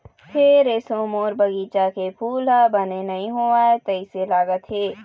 फेर एसो मोर बगिचा के फूल ह बने नइ होवय तइसे लगत हे